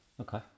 Okay